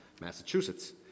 Massachusetts